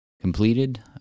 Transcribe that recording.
completed